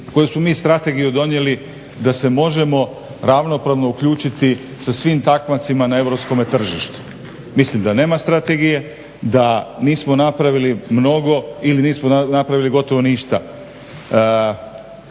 Koju smo mi strategiju donijeli da se možemo ravnopravno uključiti sa svim takmacima na europskome tržištu? Mislim da nema strategije. Da nismo napravili mnogo ili nismo napravili gotovo ništa.